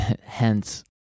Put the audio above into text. hence